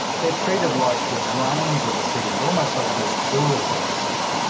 they're treated like the drains of the city. almost like the sewers of the city.